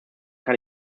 kann